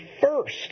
first